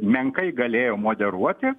menkai galėjo moderuoti